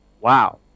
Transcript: wow